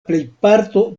plejparto